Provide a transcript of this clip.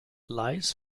lies